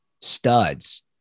studs